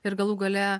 ir galų gale